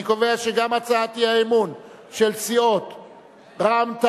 אני קובע שגם הצעת האי-אמון של סיעות רע"ם-תע"ל,